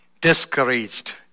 discouraged